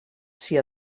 sia